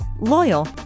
loyal